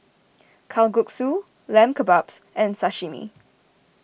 Kalguksu Lamb Kebabs and Sashimi